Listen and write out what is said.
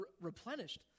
replenished